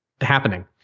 happening